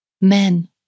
men